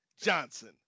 Johnson